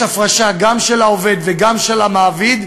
יש הפרשה גם של העובד וגם של המעביד,